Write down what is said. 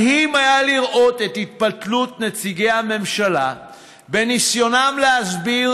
מדהים היה לראות את התפתלות נציגי הממשלה בניסיונם להסביר